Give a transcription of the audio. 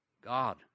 God